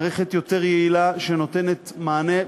מערכת יותר יעילה שנותנת מענה.